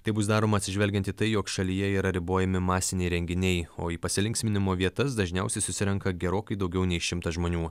tai bus daroma atsižvelgiant į tai jog šalyje yra ribojami masiniai renginiai o į pasilinksminimo vietas dažniausiai susirenka gerokai daugiau nei šimtas žmonių